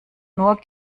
nur